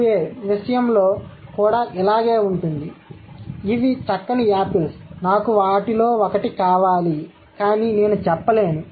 2 a విషయంలో కూడా ఇలాగే ఉంటుంది ఇవి చక్కని యాపిల్స్ నాకు వాటిలో ఒకటి కావాలి కానీ నేను చెప్పలేను